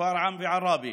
שפרעם ועראבה